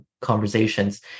conversations